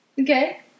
Okay